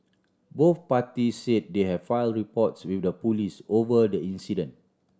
both party said they have file reports with the police over the incident